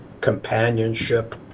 companionship